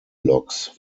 loks